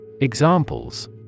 Examples